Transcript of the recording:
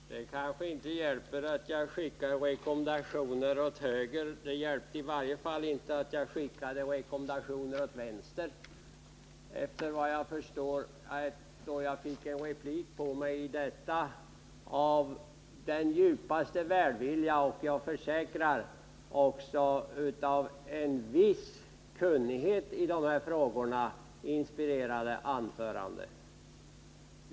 Fru talman! Det kanske inte hjälper att jag skickar rekommendationer åt höger. Det hjälpte i varje fall inte att jag skickade rekommendationer åt vänster, såvitt jag förstår, då jag fick en replik på mig efter detta av den djupaste välvilja och, försäkrar jag, även av en viss kunnighet i de här frågorna inspirerade anförande.